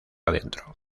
adentro